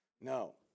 No